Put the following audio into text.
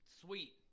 Sweet